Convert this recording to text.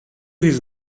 his